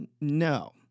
No